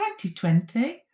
2020